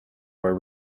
where